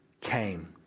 came